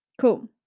cool